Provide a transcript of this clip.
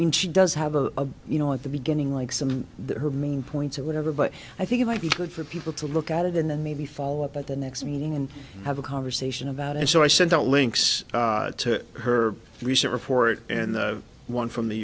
mean she does have a you know at the beginning like some of the her main points or whatever but i think it might be good for people to look at it and then maybe follow up at the next meeting and have a conversation about it so i sent out links to her recent report and one from the